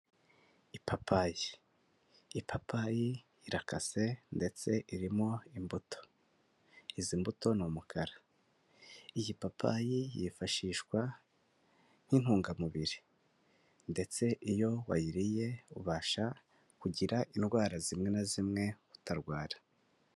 Ipapayi, ipapayi irakase ndetse irimo imbuto izi mbuto ni umukara, iyi papayi yifashishwa nk'inintungamubiri ndetse iyo wayiriye ubasha kugira indwara zimwe na zimwe utarwara.